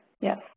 yes